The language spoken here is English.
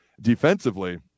defensively